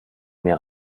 mir